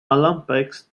olympics